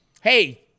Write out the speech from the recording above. Hey